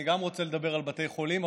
אני גם רוצה לדבר על בתי חולים,